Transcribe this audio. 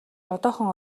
одоохон